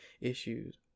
issues